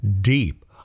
deep